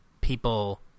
people